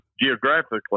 geographically